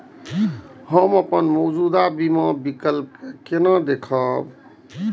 हम अपन मौजूद बीमा विकल्प के केना देखब?